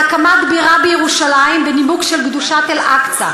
להקמת בירה בירושלים בנימוק של קדושת אל-אקצא.